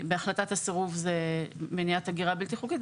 בהחלטת הסירוב זה מניעת הגירה בלתי חוקית.